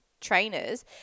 trainers